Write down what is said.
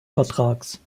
vertrags